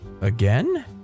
again